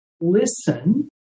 listen